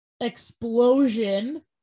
explosion